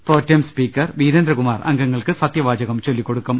pro tem speaker Veerendrakumar അംഗങ്ങൾക്ക് സത്യവാചകം ചൊല്ലിക്കൊടുക്കും